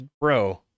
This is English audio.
bro